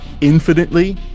infinitely